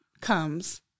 comes